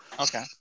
Okay